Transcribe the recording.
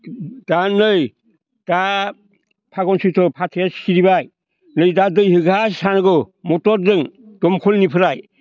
दा नै दा फागुन सैथ्र' फाथैआ सिरिबाय नै दा दै हैगासिनो थानांगौ मटरजों दंखलनिफ्राय